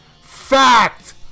Fact